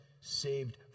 saved